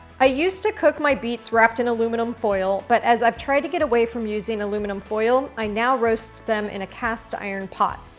i used to cook my beets wrapped in aluminum foil, but as i've tried to get away from using aluminum foil, foil, i now roast them in a cast iron pot.